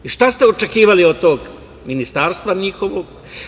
I šta ste očekivali od tog ministarstva njihovog?